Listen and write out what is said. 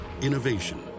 Innovation